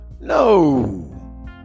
No